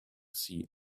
see